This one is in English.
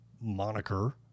moniker